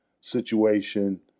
Situation